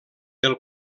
del